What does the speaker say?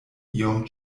iom